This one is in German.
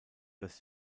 das